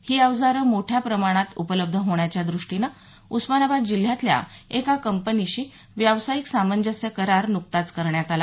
ही अवजार मोठया प्रमाणात उपलब्ध होण्याच्या द्रष्टीनं उस्मानाबाद जिल्ह्यातल्या एका कंपनीशी व्यावसायिक सामजस्य करार नुकताच करण्यात आला